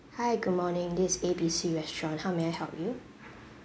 hi good morning this is A B C restaurant how may I help you